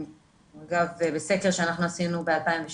בסקר שאנחנו עשינו ב-2017